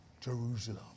Jerusalem